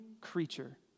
creature